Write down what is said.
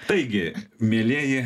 taigi mielieji